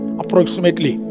approximately